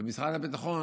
במשרד הביטחון.